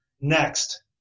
Next